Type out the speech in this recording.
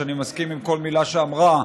שאני מסכים לכל מילה שאמרה,